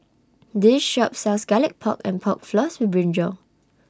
This Shop sells Garlic Pork and Pork Floss with Brinjal